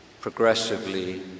progressively